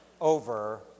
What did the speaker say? over